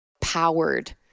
powered